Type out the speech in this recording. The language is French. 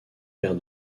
père